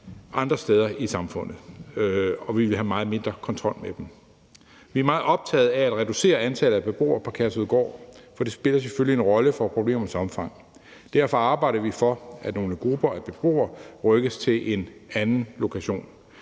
andre steder i samfundet, og at vi ville have meget mindre kontrol med dem. Vi er meget optagede af at reducere antallet af beboere på Kærshovedgård, for det spiller selvfølgelig en rolle for problemernes omfang. Derfor arbejder vi for, at nogle grupper af beboere rykkes til en anden lokation.